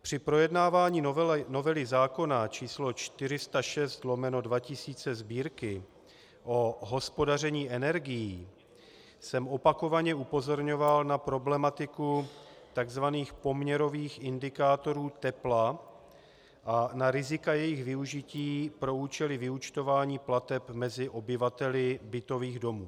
Při projednávání novely zákona č. 406/2000 Sb., o hospodaření energií, jsem opakovaně upozorňoval na problematiku tzv. poměrových indikátorů tepla a na rizika jejich využití pro účely vyúčtování plateb mezi obyvateli bytových domů.